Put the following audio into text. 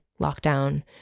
lockdown